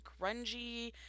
grungy